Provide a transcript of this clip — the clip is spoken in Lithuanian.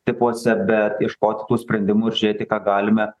tipuose bet ieškoti tų sprendimų ir žiūrėti ką galime